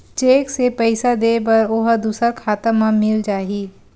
Cheque से पईसा दे बर ओहा दुसर खाता म मिल जाही?